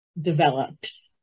developed